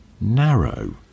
narrow